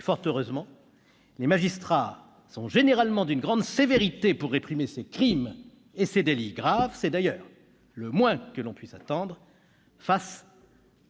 Fort heureusement, les magistrats sont généralement d'une grande sévérité pour réprimer ces crimes et ces délits graves. C'est d'ailleurs le moins que l'on puisse attendre face